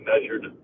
measured